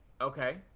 Okay